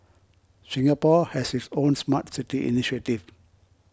Singapore has its own Smart City initiative